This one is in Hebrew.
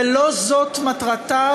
ולא זאת מטרתה,